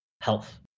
health